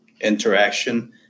interaction